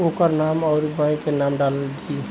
ओकर नाम अउरी बैंक के नाम डाल दीं